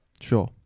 sure